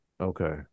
okay